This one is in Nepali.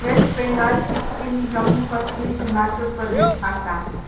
वेस्ट बङ्गाल सिक्किम जम्मु कश्मिर हिमाचल प्रदेश आसाम